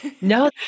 No